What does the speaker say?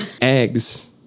eggs